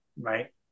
right